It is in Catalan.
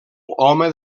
home